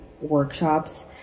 workshops